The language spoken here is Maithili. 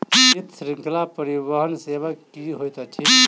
शीत श्रृंखला परिवहन सेवा की होइत अछि?